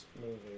movie